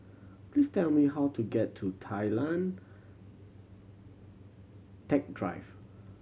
please tell me how to get to Tay Lian Teck Drive